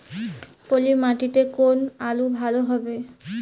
পলি মাটিতে কোন আলু ভালো হবে?